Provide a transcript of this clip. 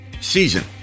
season